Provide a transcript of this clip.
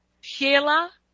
Sheila